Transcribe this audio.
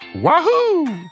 Wahoo